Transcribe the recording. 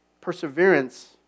perseverance